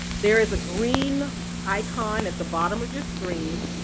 there is a green icon at the bottom of your screen.